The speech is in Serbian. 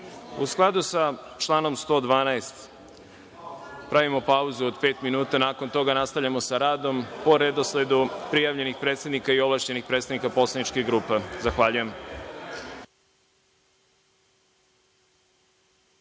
skladu sa članom 112. pravimo pauzu od pet minuta. Nakon toga nastavljamo sa radom, po redosledu prijavljenih predsednika i ovlašćenih predstavnika poslaničkih grupa. Zahvaljujem.(Posle